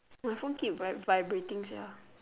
my phone keep vi~ vibrating sia